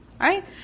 right